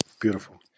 Beautiful